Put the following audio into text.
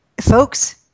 folks